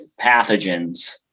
pathogens